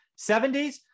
70s